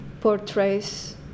portrays